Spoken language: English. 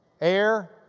air